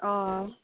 अ